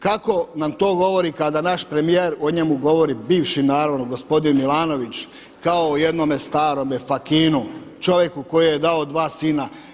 Kako nam to govori kada naš premijer o njemu govori bivši naravno gospodin Milanović kao o jednome starome fakinu, čovjeku koji je dao 2 sina.